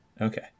Okay